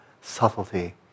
subtlety